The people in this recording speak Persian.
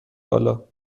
بالا